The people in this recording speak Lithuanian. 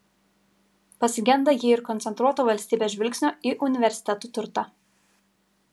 pasigenda ji ir koncentruoto valstybės žvilgsnio į universitetų turtą